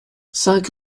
cinq